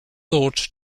thought